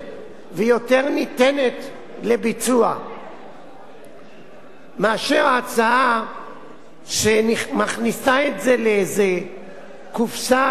ויותר ניתנת לביצוע מאשר ההצעה שמכניסה את זה לאיזה קופסה,